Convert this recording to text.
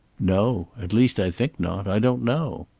no. at least i think not. i don't know.